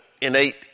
innate